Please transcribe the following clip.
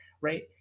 right